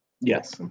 Yes